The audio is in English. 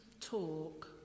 talk